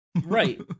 Right